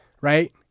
right